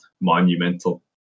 monumental